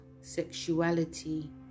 sexuality